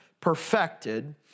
perfected